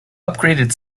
upgraded